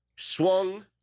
Swung